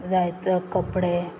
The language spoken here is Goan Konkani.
जायत कपडे